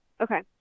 okay